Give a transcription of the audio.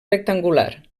rectangular